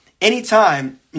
anytime